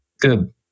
good